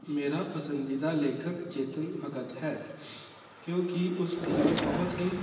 ਮੇਰਾ ਪਸੰਦੀਦਾ ਲੇਖਕ ਚੇਤਨ ਭਗਤ ਹੈ ਕਿਉਂਕਿ ਉਸ ਦੀਆਂ ਬਹੁਤ ਹੀ